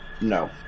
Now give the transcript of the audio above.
No